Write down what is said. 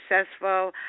successful